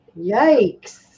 Yikes